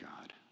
god